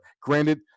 granted